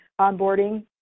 onboarding